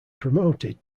promoted